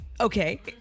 Okay